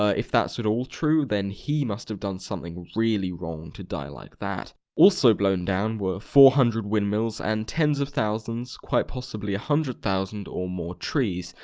ah if that's at all true, then he must have done something really wrong to die like that! also blown down were four hundred windmills and tens of thousands, quite possibly a hundred thousand or more trees,